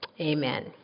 Amen